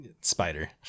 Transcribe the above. spider